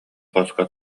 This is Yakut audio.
хоско